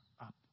up